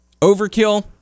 Overkill